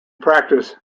practise